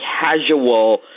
casual